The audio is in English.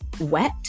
wet